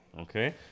Okay